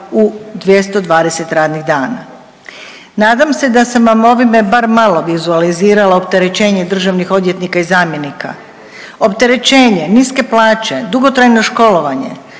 u 220 radnih dana. Nadam se da sam vam ovime bar malo vizualizirala opterećenje državnih odvjetnika i zamjenika. Opterećenje, niske plaće, dugotrajno školovanje,